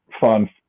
fun